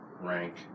Rank